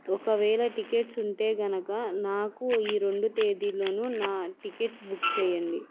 ఒకవేళ టిక్కెట్స్ ఉంటే కనుక నాకు ఈ రెండు తేదీల్లోనూ నా టిక్కెట్స్ బుక్ చేయండి